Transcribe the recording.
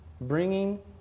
bringing